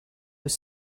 was